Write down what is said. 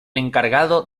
encargado